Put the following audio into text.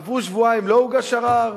עברו שבועיים, לא הוגש ערר,